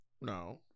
No